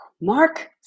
Mark